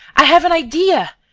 i have an idea.